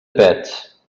pets